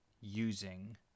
using